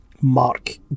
Mark